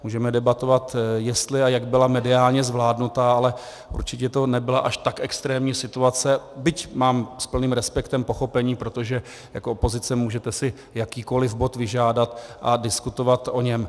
Můžeme debatovat, jestli a jak byla mediálně zvládnuta, ale určitě to nebyla až tak extrémní situace, byť mám s plným respektem pochopení, protože jako opozice si můžete jakýkoliv bod vyžádat a diskutovat o něm.